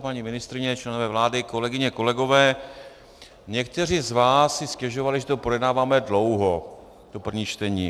Paní ministryně, členové vlády, kolegyně, kolegové, někteří z vás si stěžovali, že to projednáváme dlouho první čtení.